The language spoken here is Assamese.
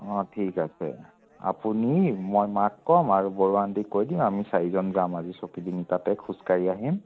অ' ঠিক আছে আপুনি মই মাক ক'ম আৰু বৰুৱা আণ্টিক কৈ দিম আমি চাৰিজন যাম আজি ছকিডিঙ্গি তাতে খোজ কাঢ়ি আহিম